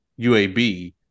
UAB